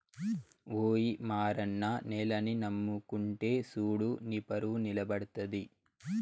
ఓయి మారన్న నేలని నమ్ముకుంటే సూడు నీపరువు నిలబడతది